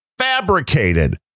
fabricated